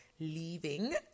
leaving